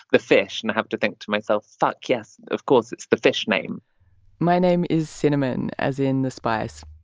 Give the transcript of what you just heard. the fish? and i have to think to myself! degfuck, yes, of course, it's the fish name! plus my name is cinnamon, as in the spice.